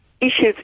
issues